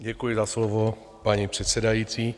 Děkuji za slovo, paní předsedající.